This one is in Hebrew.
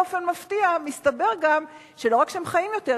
באופן מפתיע מסתבר גם שלא רק שהם חיים יותר,